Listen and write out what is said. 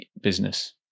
business